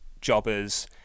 jobbers